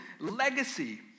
legacy